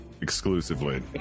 exclusively